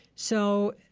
so,